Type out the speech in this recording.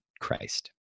Christ